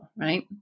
right